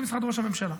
זה משרד ראש הממשלה.